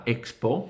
Expo